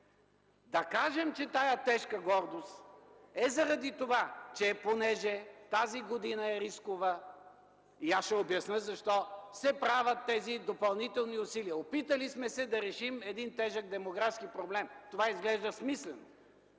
Да кажем, че тежката гордост е заради това – понеже тази година е рискова, аз ще обясня защо, се правят тези допълнителни усилия. Опитали сме се да решим тежък демографски проблем. Това изглежда смислено,